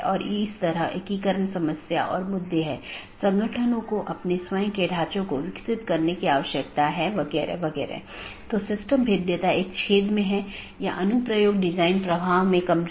और जैसा कि हम समझते हैं कि नीति हो सकती है क्योंकि ये सभी पाथ वेक्टर हैं इसलिए मैं नीति को परिभाषित कर सकता हूं कि कौन पारगमन कि तरह काम करे